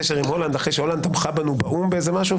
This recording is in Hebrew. הקשר עם הולנד אחרי שהולנד תמכה בנו באו"ם במשהו.